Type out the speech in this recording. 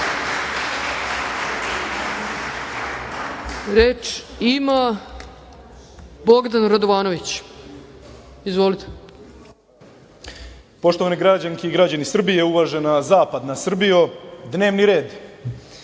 **Bogdan Radovanović** Poštovane građanke i građani Srbije, uvažena zapadna Srbijo, dnevni red.